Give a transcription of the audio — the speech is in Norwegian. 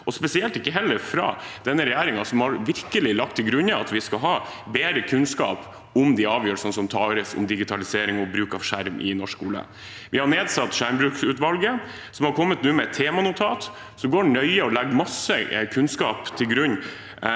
og spesielt ikke fordi denne regjeringen virkelig har lagt til grunn at vi skal ha bedre kunnskap om de avgjørelsene som tas om digitalisering og bruk av skjerm i norsk skole. Vi har nedsatt skjermbrukutvalget, som nå har kommet med et temanotat, som går nøye igjennom og legger masse kunnskap til grunn